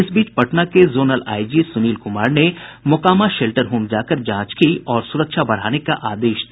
इस बीच पटना के जोनल आईजी सुनील कुमार ने मोकामा शेल्टर होम जाकर जांच की और सुरक्षा बढ़ाने का आदेश दिया